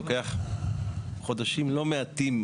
לוקח חודשים לא מעטים,